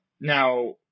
Now